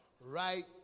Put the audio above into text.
right